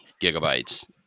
gigabytes